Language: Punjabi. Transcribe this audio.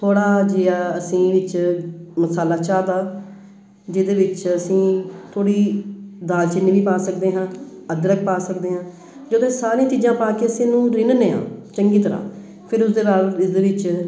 ਥੋੜ੍ਹਾ ਜਿਹਾ ਅਸੀਂ ਵਿੱਚ ਮਸਾਲਾ ਚਾਹ ਦਾ ਜਿਹਦੇ ਵਿੱਚ ਅਸੀਂ ਥੋੜ੍ਹੀ ਦਾਲ ਚੀਨੀ ਵੀ ਪਾ ਸਕਦੇ ਹਾਂ ਅਦਰਕ ਪਾ ਸਕਦੇ ਹਾਂ ਜਦੋਂ ਇਹ ਸਾਰੀਆਂ ਚੀਜ਼ਾਂ ਪਾ ਕੇ ਅਸੀਂ ਇਹਨੂੰ ਰਿੰਨ੍ਹਦੇ ਹਾਂ ਚੰਗੀ ਤਰ੍ਹਾਂ ਫਿਰ ਉਸ ਦੇ ਨਾਲ ਇਸਦੇ ਵਿੱਚ